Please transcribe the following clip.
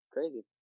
Crazy